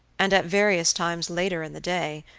and at various times later in the day,